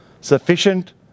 Sufficient